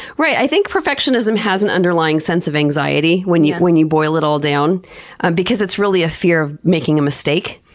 i think perfectionism has an underlying sense of anxiety when you when you boil it all down because it's really a fear of making a mistake.